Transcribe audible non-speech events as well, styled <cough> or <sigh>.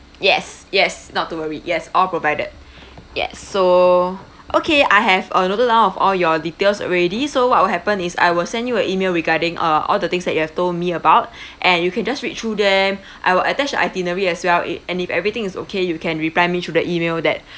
yes yes not to worry yes all provided yes so okay I have uh noted down of all your details already so what will happen is I will send you a email regarding uh all the things that you have told me about <breath> and you can just read through them <breath> I will attach itinerary as well it and if everything is okay you can reply me through the email that